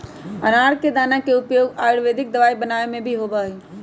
अनार के दाना के उपयोग आयुर्वेदिक दवाई बनावे में भी होबा हई